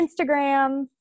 Instagram